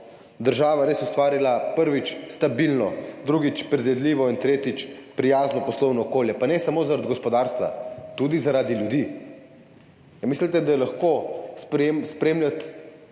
država res ustvarila, prvič, stabilno, drugič, predvidljivo, in tretjič, prijazno poslovno okolje, pa ne samo zaradi gospodarstva, tudi zaradi ljudi. A mislite, da je navadnim